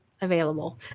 available